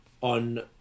on